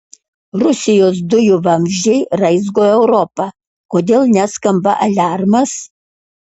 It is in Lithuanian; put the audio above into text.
rusijos dujų vamzdžiai raizgo europą kodėl neskamba aliarmas